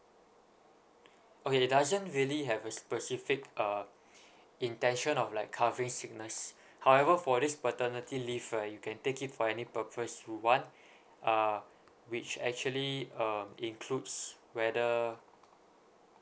okay it doesn't really have a specific uh intention of like covering sickness however for this paternity leave right you can take it for any purpose you want uh which actually um includes whether